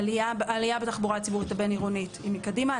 העלייה בתחבורה הציבורית הבין-עירונית היא מקדימה.